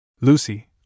Lucy